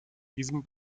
diesem